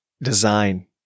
design